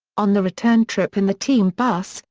on the return trip in the team bus,